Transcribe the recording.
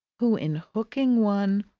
who, in hooking one,